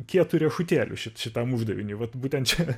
kietu riešutėliu šit šitam uždaviniui vat būtent čia